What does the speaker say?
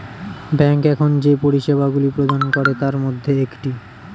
bank এখন যে পরিষেবাগুলি প্রদান করে তার মধ্যে একটি